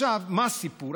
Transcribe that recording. עכשיו, מה הסיפור?